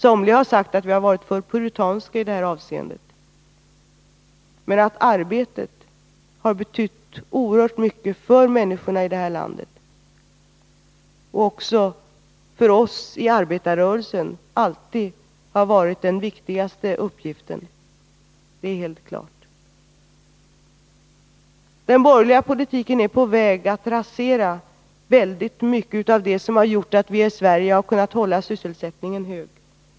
Somliga har sagt att vi har varit för puritanska i det här avseendet, men att arbetet har betytt oerhört mycket för människor i det här landet och att det för oss i arbetarrörelsen alltid varit den viktigaste uppgiften är helt klart. Den borgerliga politiken är på väg att rasera väldigt mycket av det som har gjort att vi i Sverige har kunnat hålla sysselsättningen hög.